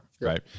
right